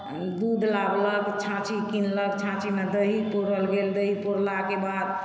दूध लावलक छाँछी किनलक छाँछीमे दही पौड़ल गेल दही पौड़लाके बाद